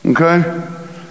Okay